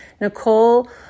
Nicole